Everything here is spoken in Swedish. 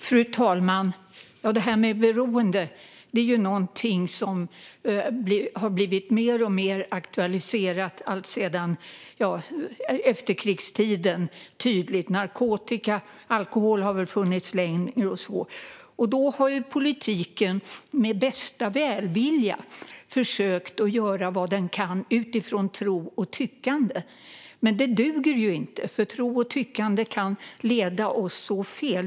Fru talman! Det här med beroende är någonting som har blivit mer och mer aktuellt under efterkrigstiden; särskilt tydligt är det med narkotikan. Alkoholberoende har väl funnits längre. Politiken har med bästa välvilja försökt göra vad den kan utifrån tro och tyckande. Men det duger ju inte, för tro och tyckande kan leda oss fel.